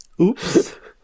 Oops